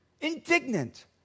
indignant